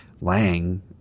Lang